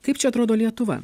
kaip čia atrodo lietuva